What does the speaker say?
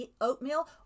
oatmeal